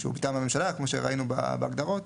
שהוא מטעם הממשלה, כמו שראינו בהגדרות,